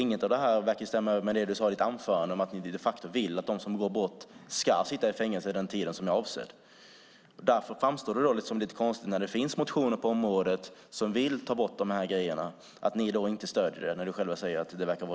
Inget av detta verkar stämma överens med det du sade i ditt anförande om att ni de facto vill att de som begår brott ska sitta i fängelse den tid som är avsedd. Därför framstår det som lite konstigt att ni inte stöder de motioner som vill ta bort detta när det verkar vara er ambition enligt vad du själv säger.